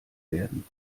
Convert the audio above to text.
werden